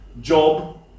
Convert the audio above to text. job